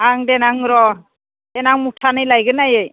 आं देनां र' देनां मुथानै लायगोन आयै